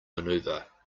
maneuver